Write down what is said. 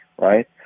right